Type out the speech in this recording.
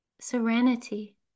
serenity